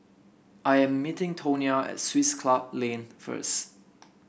I am meeting Tonia at Swiss Club Lane first